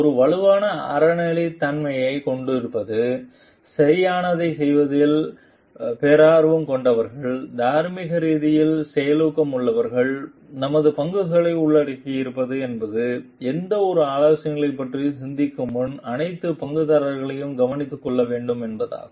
ஒரு வலுவான அறநெறித் தன்மையைக் கொண்டிருப்பது சரியானதைச் செய்வதில் பேரார்வம் கொண்டவர்கள் தார்மீகரீதியில் செயலூக்கமுள்ளவர்கள் நமது பங்குதாரர்களை உள்ளடக்கியிருப்பது என்பது எந்தவொரு ஆலோசனைகளையும் பற்றி சிந்திக்கும் முன் அனைத்து பங்குதாரர்களையும் கவனித்துக் கொள்ள வேண்டும் என்பதாகும்